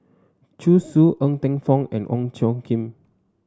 Zhu Xu Ng Teng Fong and Ong Tjoe Kim